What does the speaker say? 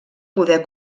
poder